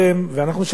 בשבוע הבא,